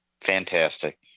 Fantastic